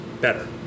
better